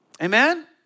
Amen